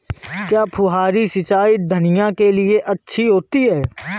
क्या फुहारी सिंचाई धनिया के लिए अच्छी होती है?